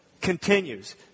continues